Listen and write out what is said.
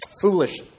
foolish